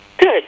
Good